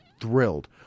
thrilled